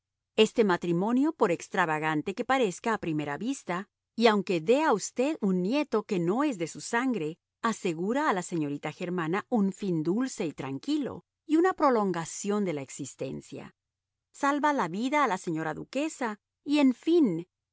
este matrimonio por extravagante que parezca a primera vista y aunque dé a usted un nieto que no es de su sangre asegura a la señorita germana un fin dulce y tranquilo y una prolongación de la existencia salva la vida a la señora duquesa y en fin